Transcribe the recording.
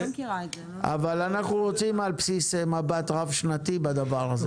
אבל אנחנו רוצים על בסיס מבט רב שנתי בדבר הזה.